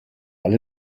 weil